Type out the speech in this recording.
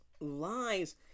lies